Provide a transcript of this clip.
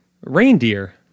reindeer